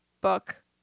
book